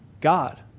God